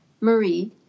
Marie